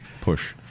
Push